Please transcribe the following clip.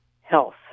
health